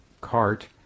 cart